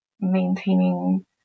maintaining